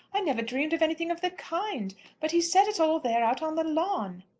i never dreamed of anything of the kind but he said it all there out on the lawn.